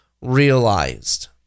realized